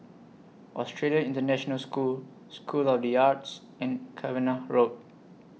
Australian International School School of The Arts and Cavenagh Road